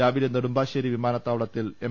രാവിലെ നെടു മ്പാശ്ശേരി വിമാനത്താവളത്തിൽ എം